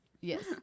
Yes